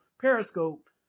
Periscope